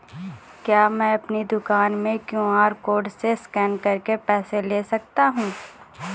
क्या मैं अपनी दुकान में क्यू.आर कोड से स्कैन करके पैसे ले सकता हूँ?